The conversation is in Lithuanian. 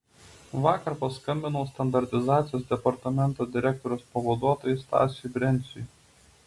vakar paskambinau standartizacijos departamento direktoriaus pavaduotojui stasiui brenciui